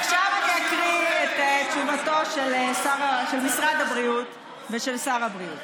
עכשיו אני אקריא את תשובתו של משרד הבריאות ושל שר הבריאות: